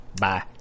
Bye